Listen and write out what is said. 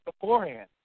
beforehand